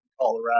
Colorado